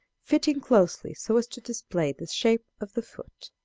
fitting closely so as to display the shape of the foot.